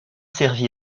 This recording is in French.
servi